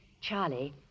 Charlie